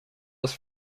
was